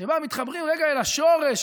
שבה מתחברים רגע אל השורש,